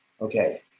Okay